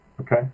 Okay